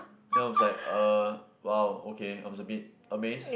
then I was like uh !wow! okay I was a bit amazed